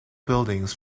buildings